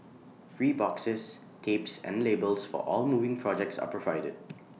free boxes tapes and labels for all moving projects are provided